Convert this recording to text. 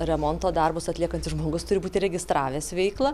remonto darbus atliekantis žmogus turi būti įregistravęs veiklą